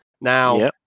Now